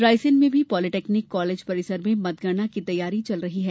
रायसेन में भी polytechnic college परिसर में मतगणना की तैयारी चल रही है